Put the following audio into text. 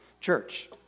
church